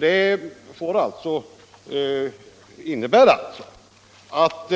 Det innebär alltså att